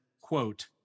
quote